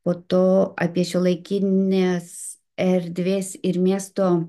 po to apie šiuolaikinės erdvės ir miesto